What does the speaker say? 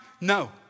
No